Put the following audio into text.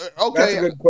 Okay